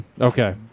Okay